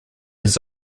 his